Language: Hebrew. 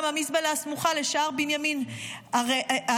גם המזבלה הסמוכה לשער בנימין הרעילה